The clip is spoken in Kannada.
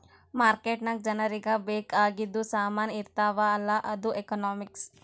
ಮಾರ್ಕೆಟ್ ನಾಗ್ ಜನರಿಗ ಬೇಕ್ ಆಗಿದು ಸಾಮಾನ್ ಇರ್ತಾವ ಅಲ್ಲ ಅದು ಎಕನಾಮಿಕ್ಸ್